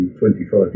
25